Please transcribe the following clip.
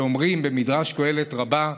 שאומרים במדרש קהלת רבה,